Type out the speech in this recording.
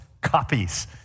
copies